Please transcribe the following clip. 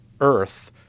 Earth